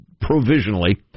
provisionally